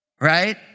right